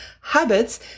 habits